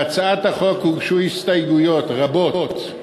להצעת החוק הוגשו הסתייגויות רבות.